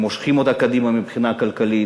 הם מושכים אותה קדימה מבחינה כלכלית.